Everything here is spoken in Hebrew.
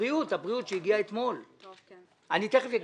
תיכף אגיד.